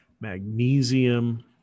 magnesium